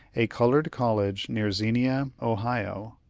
a colored college near xenia, ohio,